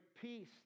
peace